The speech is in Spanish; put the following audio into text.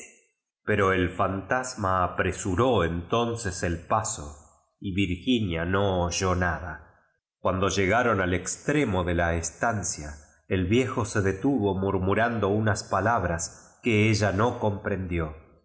pero el fantasma apresuró entonces eí paso y virginia no oyó nada cuando llegaron al extremo de la estancia el viejo se detuvo murmurando unas pala bras qoe ella no comprendió